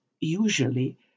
usually